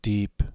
Deep